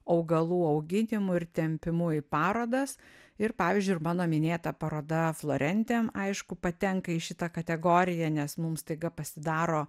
augalų auginimu ir tempimu į parodas ir pavyzdžiui ir mano minėta paroda florentem aišku patenka į šitą kategoriją nes mums staiga pasidaro